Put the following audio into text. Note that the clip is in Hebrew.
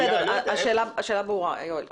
בסדר, השאלה ברורה, יואל.